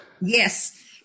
Yes